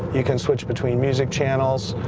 you can switch between music channels,